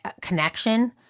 connection